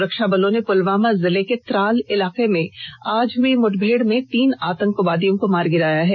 सुरक्षाबलों ने पुलवामा जिले के त्राल इलाके में आज हई मुठभेड में तीन आतंकवादियों को मार गिराया है